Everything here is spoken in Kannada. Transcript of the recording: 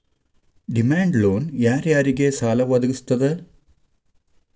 ಡಿಮಾಂಡ್ ಲೊನ್ ಯಾರ್ ಯಾರಿಗ್ ಸಾಲಾ ವದ್ಗಸ್ತದ?